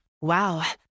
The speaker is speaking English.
Wow